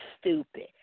stupid